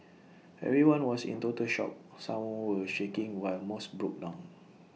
everyone was in total shock some were shaking while most broke down